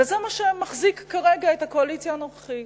וזה מה שמחזיק כרגע את הקואליציה הנוכחית.